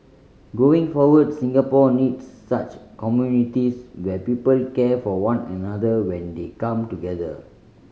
going forward Singapore needs such communities where people care for one another when they come together